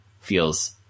feels